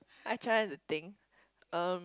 I try to think um